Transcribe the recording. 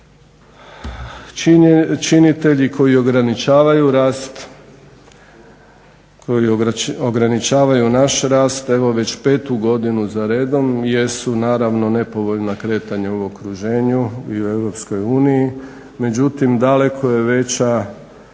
rast, koji ograničavaju naš rast evo već petu godinu za redom jesu naravno nepovoljna kretanja u okruženju i u EU. Međutim daleko je veća,